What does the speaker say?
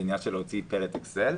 זה עניין של להוציא פלט אקסל,